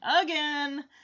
again